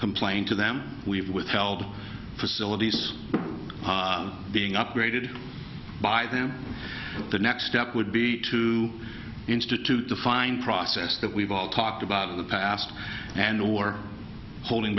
complained to them we have withheld facilities being upgraded by them the next step would be to institute the fine process that we've all talked about in the past and or holding